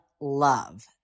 love